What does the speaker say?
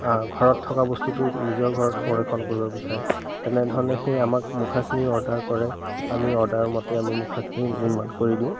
ঘৰত থকা বস্তুটো নিজৰ ঘৰত সংৰক্ষণ কৰিব বিচাৰে তেনেধৰণে সেই আমাক মুখাখিনি অৰ্ডাৰ কৰে আমি অৰ্ডাৰমতে আমি মুখাখিনি নিৰ্মাণ কৰি দিওঁ